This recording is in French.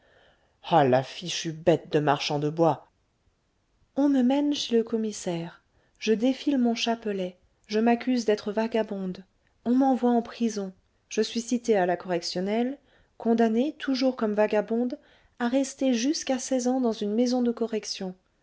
ah la fichue bête de marchand de bois on me mène chez le commissaire je défile mon chapelet je m'accuse d'être vagabonde on m'envoie en prison je suis citée à la correctionnelle condamnée toujours comme vagabonde à rester jusqu'à seize ans dans une maison de correction